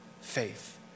faith